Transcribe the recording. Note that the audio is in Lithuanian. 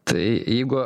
tai jeigu